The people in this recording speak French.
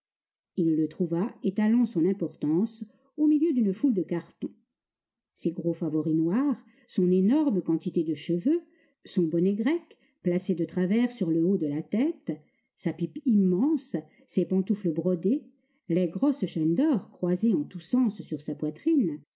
il le trouva étalant son importance au milieu d'une foule de cartons ses gros favoris noirs son énorme quantité de cheveux son bonnet grec placé de travers sur le haut de la tête sa pipe immense ses pantoufles brodées les grosses chaînes d'or croisées en tous sens sur sa poitrine